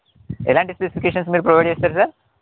ఎలాంటి స్పెసిఫికేషన్స్ మీరు ప్రొవైడ్ చేస్తారు సార్